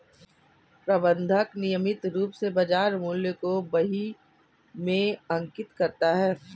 प्रबंधक नियमित रूप से बाज़ार मूल्य को बही में अंकित करता है